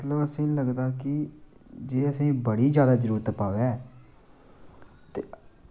असेंगी लगदा कि जे असेंगी बड़ी जैदा जरूरत पवै